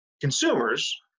consumers